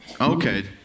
Okay